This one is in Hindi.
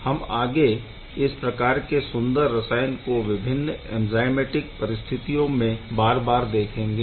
हम आगे इस प्रकार के सुंदर रसायन को विभिन्न एंज़ाइमेटिक परिस्थितियों में बार बार देखेंगे